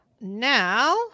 now